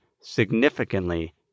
significantly